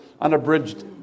unabridged